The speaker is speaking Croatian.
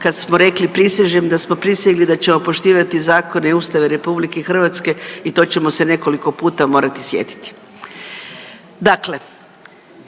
kad smo rekli prisežem da smo prisegli da ćemo poštivati zakone i Ustav Republike Hrvatske i to ćemo se nekoliko puta morati sjetiti.